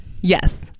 yes